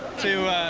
to,